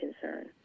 concern